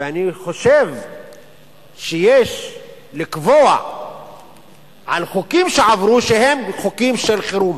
ואני חושב שיש לקבוע על חוקים שעברו שהם חוקים של חירום.